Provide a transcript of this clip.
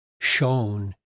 shown